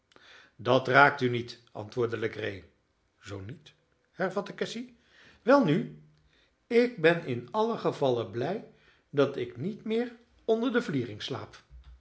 dat raakt u niet antwoordde legree zoo niet hervatte cassy welnu ik ben in allen gevalle blij dat ik niet meer onder de vliering